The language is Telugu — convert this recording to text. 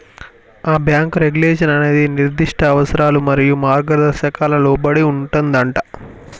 ఆ బాంకు రెగ్యులేషన్ అనేది నిర్దిష్ట అవసరాలు మరియు మార్గదర్శకాలకు లోబడి ఉంటుందంటా